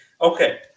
Okay